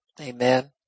Amen